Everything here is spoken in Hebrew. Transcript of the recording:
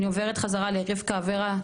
אני עוברת חזרה לרבקה אברה,